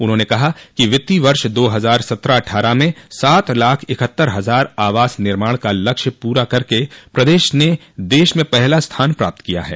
उन्होंने कहा कि वित्तीय वर्ष दो हजार सत्रह अट्ठारह में सात लाख इकहत्तर हजार आवास निर्माण का लक्ष्य पूरा करके प्रदेश ने देश में पहला स्थान प्राप्त किया है